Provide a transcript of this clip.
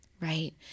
right